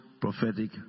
prophetic